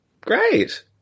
Great